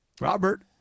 Robert